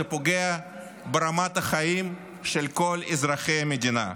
זה פוגע ברמת החיים של כל אזרחי המדינה.